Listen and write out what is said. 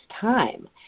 time